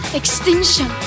extinction